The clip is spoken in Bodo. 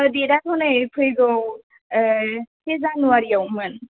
देटआथ' नै फैगौ ओ से जानुवारिआवमोन